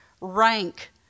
rank